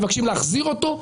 מבקשים להחזיר אותו.